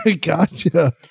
Gotcha